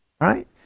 Right